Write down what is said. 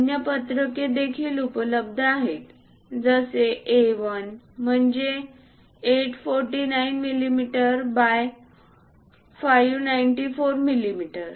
अन्य पत्रके देखील उपलब्ध आहेत जसे A1 म्हणजेच 849 मिलीमीटर बाय 594 मिलीमीटर